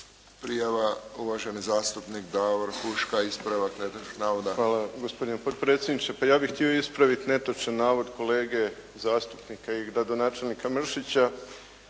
Prijava uvaženi zastupnik Davor Huška ispravak navoda. **Huška, Davor (HDZ)** Hvala, gospodine predsjedniče. Pa ja bih htio ispraviti netočan navod kolege zastupnika i gradonačelnika Mršića